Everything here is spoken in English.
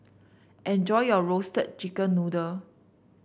enjoy your Roasted Chicken Noodle